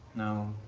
no,